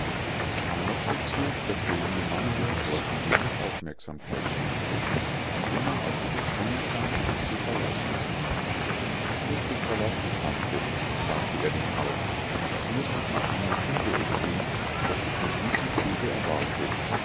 es kam noch hinzu daß der junge mann ihren worten wenig aufmerksamkeit schenkte und immer auf dem sprunge stand sie zu verlassen ich muß dich verlassen tante sagte er denn auch ich muß mich nach einem kinde umsehen das ich mit diesem zuge erwarte